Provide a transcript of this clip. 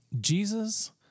Jesus